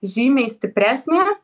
žymiai stipresnį